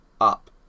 up